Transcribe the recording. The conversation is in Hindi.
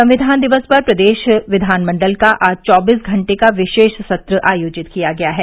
संविधान दिवस पर प्रदेश विधानमण्डल का आज चौबीस घंटे का विशेष सत्र आयोजित किया गया है